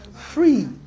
free